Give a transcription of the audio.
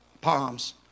palms